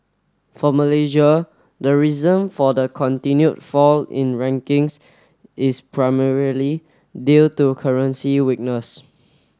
for Malaysia the reason for the continue fall in rankings is primarily due to currency weakness